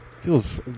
Feels